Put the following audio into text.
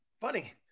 Funny